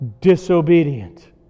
disobedient